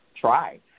try